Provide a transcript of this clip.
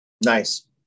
Nice